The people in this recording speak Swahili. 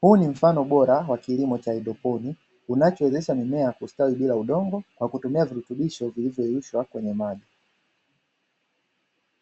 huu ni mfano bora wa kilimo cha haidroponi inachowezesha mimea kustawi bila udongo, na kutumia virutubisho vilivyo yeyushwa kwenye maji.